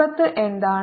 പുറത്ത് എന്താണ്